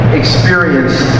experience